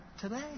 today